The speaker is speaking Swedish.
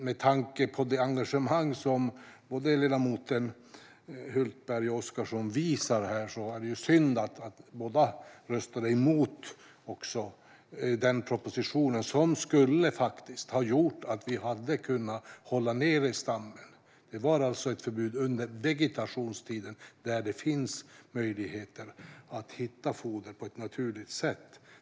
Med tanke på det engagemang som både ledamoten Hultberg och ledamoten Oscarsson här visar var det synd att båda röstade emot denna proposition som faktiskt skulle ha gjort att vi hade kunnat hålla nere stammen. Det var ett förbud under vegetationstiden där det finns möjligheter att hitta foder på ett naturligt sätt.